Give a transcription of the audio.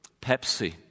Pepsi